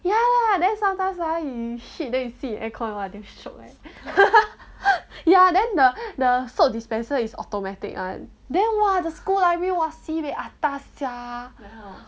ya lah then sometimes ah you shit then you sit in aircon !wah! damn shiok eh ya then the the soap dispenser is automatic one then why the school library was sibeh atas sia